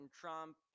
Trump